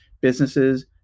businesses